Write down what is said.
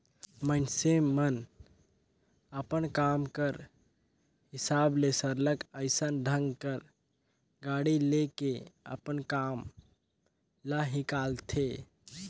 मइनसे मन अपन काम कर हिसाब ले सरलग अइसन ढंग कर गाड़ी ले के अपन काम ल हिंकालथें